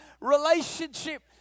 relationship